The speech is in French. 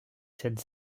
scènes